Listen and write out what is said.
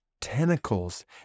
tentacles